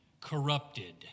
corrupted